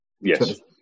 Yes